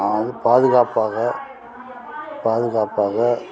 நான் வந்து பாதுகாப்பாக பாதுகாப்பாக